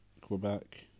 Quebec